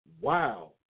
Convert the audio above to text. wow